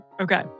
Okay